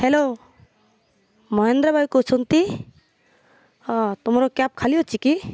hello Mahendra ଭାଇ କହୁଛନ୍ତି କି ହଁ ତୁମର କ୍ୟାବ୍ ଖାଲି ଅଛି କି